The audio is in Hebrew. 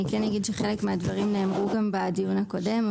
אני כן אגיד שחלק מהדברים נאמרו גם בדיון הקודם,